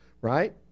right